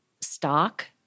stock